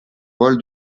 vol